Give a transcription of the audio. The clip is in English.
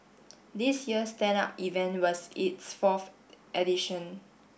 this year's Stand Up event was its fourth edition